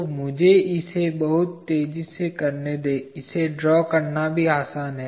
तो मुझे इसे बहुत तेजी से करने दें इसे ड्रा करना भी आसान है